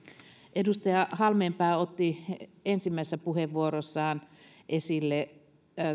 edustaja halmeenpää otti ensimmäisessä puheenvuorossaan esille